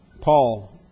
Paul